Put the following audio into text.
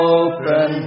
open